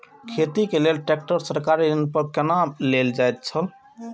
खेती के लेल ट्रेक्टर सरकारी ऋण पर कोना लेल जायत छल?